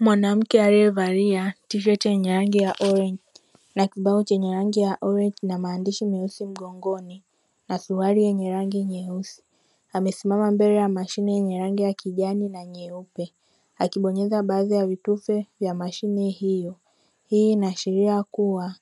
Mwanamke aliyevalia tisheti yenye rangi orengi na kibao chenye rangi ya orenji na maandishi meusi mgongoni na suruali yenye rangi nyeusi, amesimama mbele ya mashine yenye rangi ya kijani na nyeupe akibonyeza baadhi ya vitufe vya mashine hiyo. Hii inaashiria kuwa